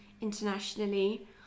internationally